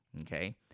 okay